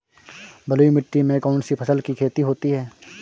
बलुई मिट्टी में कौनसी फसल की खेती होती है?